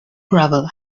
gravel